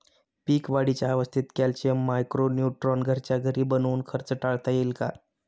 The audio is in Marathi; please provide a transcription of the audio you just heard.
पीक वाढीच्या अवस्थेत कॅल्शियम, मायक्रो न्यूट्रॉन घरच्या घरी बनवून खर्च टाळता येईल का?